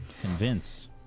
Convince